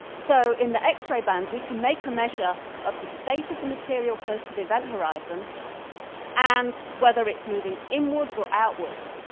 so in the x-ray band we can make a measure of the state of the material close to the event horizon and whether it's moving inwards or outwards.